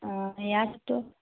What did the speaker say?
অঁ ইয়াতটো